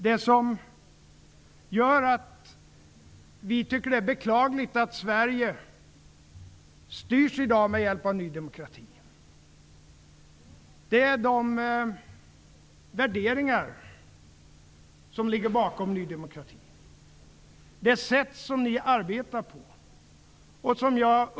Det som gör att vi tycker att det är beklagligt att Sverige i dag styrs med hjälp av Ny demokrati är de värderingar som ligger bakom Ny demokrati. Det gäller det sätt ni arbetar på.